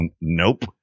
nope